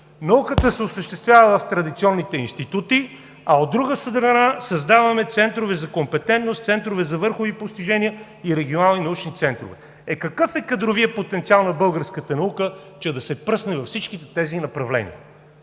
науката се осъществява в традиционните институти, а от друга страна, създаваме центрове за компетентност, центрове за върхови постижения и регионални научни центрове. Какъв е кадровият потенциал на българската наука, че да се пръсне във всичките тези направления?